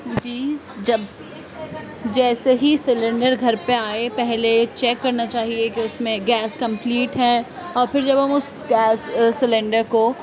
جی جب جیسے ہی سلنڈر گھر پہ آئیں پہلے چیک کرنا چاہیے کہ اس میں گیس کمپلیٹ ہے اور پھر جب ہم اس گیس سلنڈر کو